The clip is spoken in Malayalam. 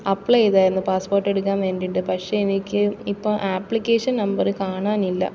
അപ്ലൈ പാസ്സ്പോർട്ടെടുക്കാന് വേണ്ടിയിട്ട് പക്ഷേ എനിക്ക് ഇപ്പോൾ ആപ്ലിക്കേഷൻ നമ്പറ് കാണാനില്ല